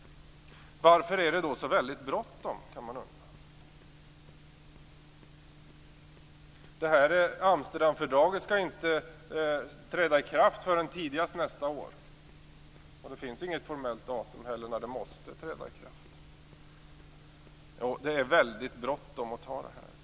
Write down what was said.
Varför är det då så väldigt bråttom, kan man undra. Amsterdamfördraget skall inte träda i kraft förrän tidigast nästa år. Det finns inte heller något formellt datum när det måste träda i kraft. Det är väldigt bråttom att anta detta.